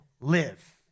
live